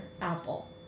apple